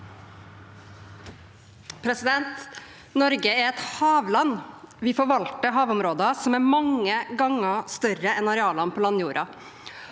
Norge er et hav- land. Vi forvalter havområder som er mange ganger større enn arealene på landjorden,